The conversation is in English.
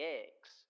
eggs